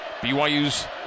BYU's